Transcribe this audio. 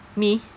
me